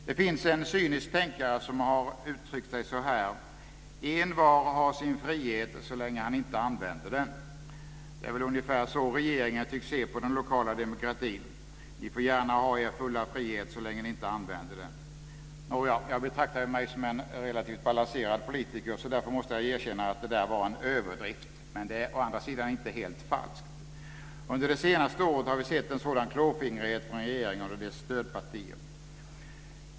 Det finns en cynisk tänkare som har uttryckt sig så här: Envar har sin frihet så länge han inte använder den. Det är väl ungefär så regeringen tycks se på den lokala demokratin - ni får gärna ha er fulla frihet så länge ni inte använder den. Jag betraktar mig som en relativt balanserad politiker, och därför måste jag erkänna att det där var en överdrift. Men det är å andra sidan inte helt falskt. Under det senaste året har vi sett en sådan klåfingrighet från regeringen och dess stödpartier.